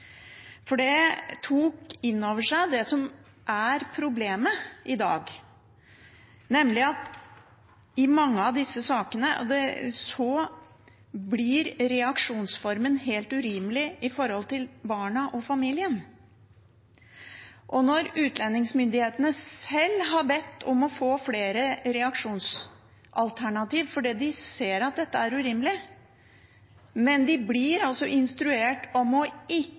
Det tok inn over seg det som er problemet i dag, nemlig at i mange av disse sakene blir reaksjonsformen helt urimelig med hensyn til barna og familien. Utlendingsmyndighetene har selv bedt om å få flere reaksjonsalternativ fordi de ser at dette er urimelig, men de blir altså instruert om ikke å